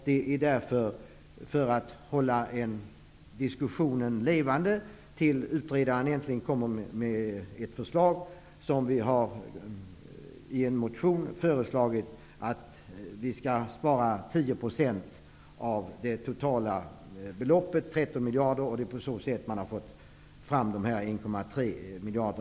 Det är för att hålla diskussionen levande tills utredaren äntligen kommer med ett förslag som vi i en motion har föreslagit att man skall spara 10 % av det totala beloppet, 13 miljarder. Det är på så sätt som vi har kommit fram till beloppet 1,3 miljarder.